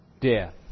death